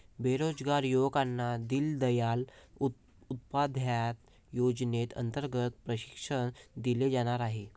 बेरोजगार युवकांना दीनदयाल उपाध्याय योजनेअंतर्गत प्रशिक्षण दिले जाणार आहे